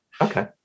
Okay